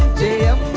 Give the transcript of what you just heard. jail